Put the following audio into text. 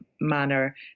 manner